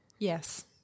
Yes